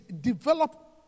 develop